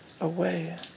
away